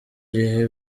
gihe